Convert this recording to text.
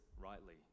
rightly